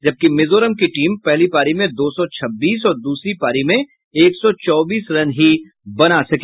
जबकि मिजोरम की टीम पहली पारी में दो सौ छब्बीस और दूसरी पारी में एक सौ चौबीस रन ही बना सकी